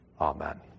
Amen